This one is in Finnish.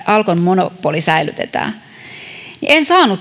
alkon monopoli säilytetään niin en saanut